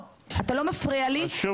הוועדה נתנה את האפשרות לתת למקום הזה את